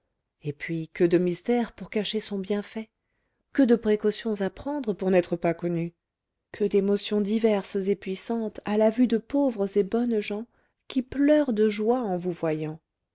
et puis que de mystères pour cacher son bienfait que de précautions à prendre pour n'être pas connu que d'émotions diverses et puissantes à la vue de pauvres et bonnes gens qui pleurent de joie en vous voyant